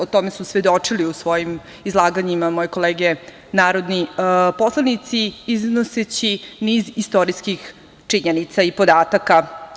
O tome su svedočile u svojim izlaganjima i moje kolege narodni poslanici iznoseći niz istorijskih činjenica i podataka.